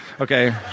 okay